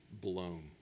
blown